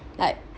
like